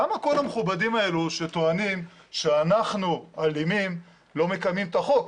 למה כל המכובדים האלה שטוענים שאנחנו אלימים לא מקיימים את החוק?